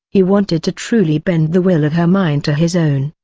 he wanted to truly bend the will of her mind to his own.